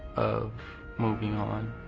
of moving on.